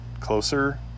closer